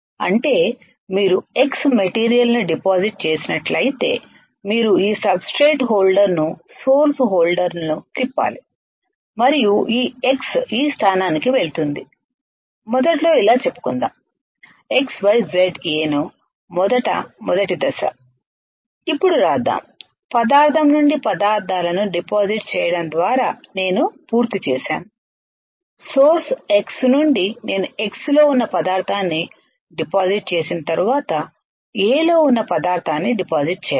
అంటే మీరు X మెటీరియల్ను డిపాజిట్ చేసినట్లయితే మీరు ఈ సబ్ స్ట్రేట్ హోల్డర్ను సోర్స్ హోల్డర్ను తిప్పాలి మరియు ఈ X ఈ స్థానానికి వెళుతుంది మొదట్లో ఇలా చెప్పుకుందాం XYZA ను మొదట మొదటి దశ ఇప్పుడు వ్రాద్దాం పదార్ధం నుండి పదార్థాలను డిపాజిట్ చేయడం ద్వారా నేను పూర్తి చేశాను సోర్స్ X నుండి నేను X లో ఉన్న పదార్థాన్ని డిపాజిట్ చేసిన తర్వాత A లో ఉన్న పదార్థాన్ని డిపాజిట్ చేయాలి